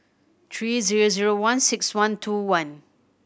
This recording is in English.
three zero zero one six one two one